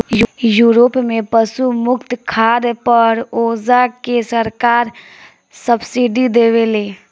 Europe में पशु मुक्त खाद पर ओजा के सरकार सब्सिडी देवेले